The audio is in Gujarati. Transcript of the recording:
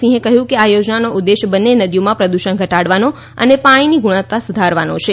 સીંહે કહ્યું છે કે આ યોજનાનો ઉદ્દેશ બંને નદીઓમાં પ્રદૂષણ ઘટાડવાનો અને પાણીની ગુણવત્તા સુધારવાનો છે